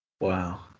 Wow